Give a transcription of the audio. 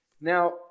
Now